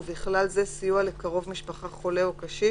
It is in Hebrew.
ובכלל זה סיוע לקרוב משפחה חולה או קשיש